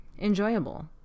enjoyable